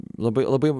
labai labai